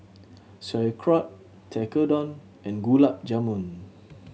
Sauerkraut Tekkadon and Gulab Jamun